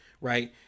right